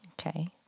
Okay